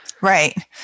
right